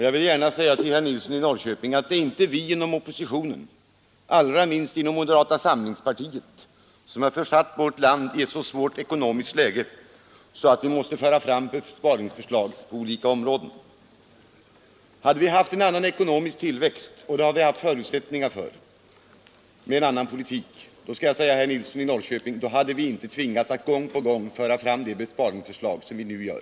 Jag vill gärna säga till herr Nilsson i Norrköping att det inte är vi inom oppositionen, allra minst inom moderata samlingspartiet, som har försatt vårt land i ett så svårt ekonomiskt läge att vi måste föra fram besparingsförslag på olika områden. Hade vi haft en annan ekonomisk tillväxt — och det hade vi haft förutsättningar för med en annan politik — då skall jag säga herr Nilsson i Norrköping att vi inte hade tvingats att gång på gång föra fram de besparingsförslag vi nu har.